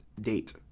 date